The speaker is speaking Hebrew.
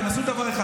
תנסו דבר אחד,